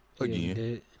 again